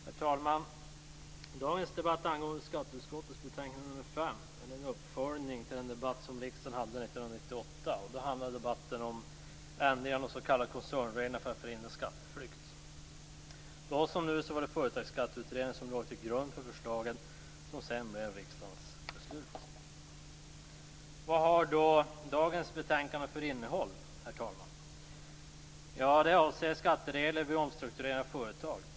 Herr talman! Dagens debatt angående skatteutskottets betänkande nr 5 är en uppföljning av den debatt som riksdagen hade 1998. Då handlade debatten om en ändring av de s.k. koncernreglerna för att förhindra skatteflykt. Då som nu var det Företagsskatteutredningen som låg till grund för förslagen som sedan blev riksdagens beslut. Vad har då dagens betänkande för innehåll, herr talman? Det avser skatteregler för omstrukturering av företag.